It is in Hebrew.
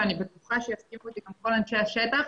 ואני בטוחה שיסכימו איתי גם כל אנשי השטח,